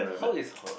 how is her